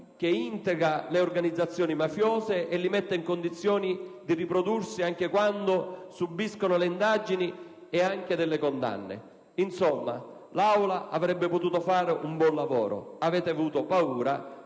che integra le organizzazioni mafiose e le mette in condizioni di riprodursi anche quando subiscono indagini e persino delle condanne. Insomma, l'Assemblea avrebbe potuto fare un buon lavoro, ma avete avuto paura.